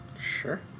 Sure